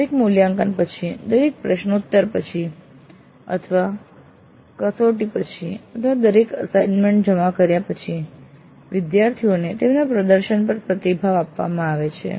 દરેક મૂલ્યાંકન પછી દરેક પ્રશ્નોત્તરી પછી અથવા દરેક કસોટી પછી અથવા દરેક અસાઈન્મેન્ટ જમા કર્યા પછી વિદ્યાર્થીઓને તેમના પ્રદર્શન પર પ્રતિભાવ આપવામાં આવે છે